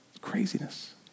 craziness